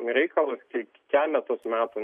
reikalas tik keletas metų